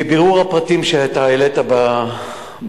מבירור הפרטים שאתה העלית בהצעה